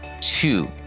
two